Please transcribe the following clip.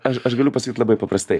aš aš galiu pasakyt labai paprastai